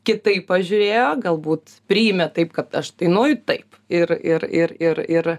kitaip pažiūrėjo galbūt priimė taip kad aš dainuoju taip ir ir ir ir ir